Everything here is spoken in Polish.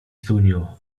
spełniło